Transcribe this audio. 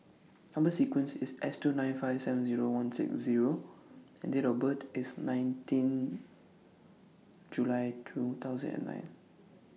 Number sequence IS S two nine five seven Zero one six Zero and Date of birth IS nineteenth July two thousand and nine